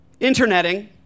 interneting